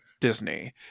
Disney